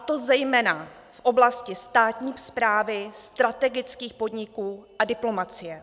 A to zejména v oblasti státní správy, strategických podniků a diplomacie.